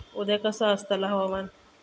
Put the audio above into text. उद्या कसा आसतला हवामान?